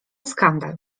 skandal